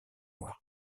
noirs